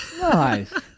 Nice